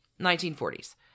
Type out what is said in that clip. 1940s